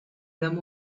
them